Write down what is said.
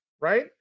right